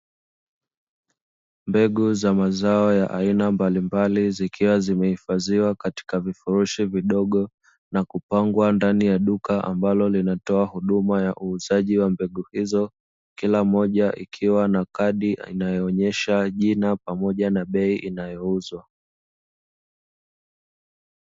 Mbegu za mazao ya aina mbalimbali, zikiwa zimehifadhiwa katika vifurushi vidogo na kupangwa ndani ya duka ambalo linatoa huduma ya uuzaji wa mbegu hizo, kila moja ikiwa na kadi inayo onyesha jina pamoja na bei inayouzwa.